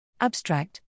Abstract